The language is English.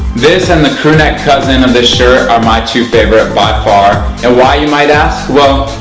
this and the crew neck cousin of this shirt are my two favorite by far. and why you might ask? well,